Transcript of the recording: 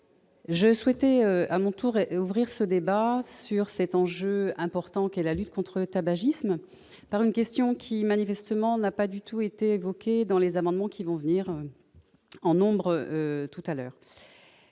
apporter ma contribution au débat sur cet enjeu important qu'est la lutte contre le tabagisme en abordant une question qui, manifestement, n'a pas du tout été évoquée dans les amendements qui vont venir en nombre tout à l'heure.